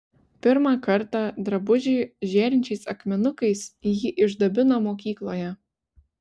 pirmą kartą drabužį žėrinčiais akmenukais ji išdabino mokykloje